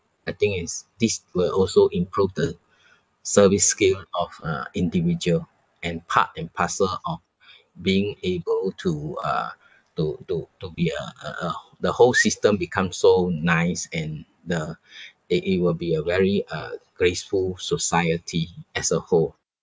I think is this will also improve the service scale of uh individual and part and parcel of being able to uh to to to be a a a the whole system become so nice and the it it will be a very uh graceful society as a whole